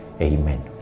Amen